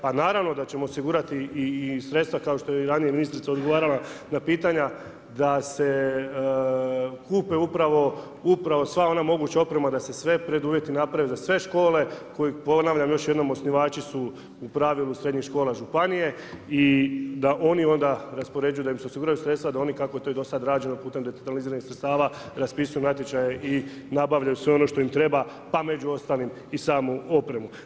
Pa naravno da ćemo osigurati i sredstva kao što je i ranije ministrica odgovarala na pitanja da se kupe upravo sva ona moguća oprema, da se svi preduvjeti naprave za sve škole, koji ponavljam još jednom osnivači su u pravilu srednjih škola županije i da oni onda raspoređuju, da im se osiguraju sredstva da oni kako je to i do sada rađeno putem decentraliziranih sredstava raspisuju natječaje i nabavljaju sve ono što im treba, pa među ostalim i samu opremu.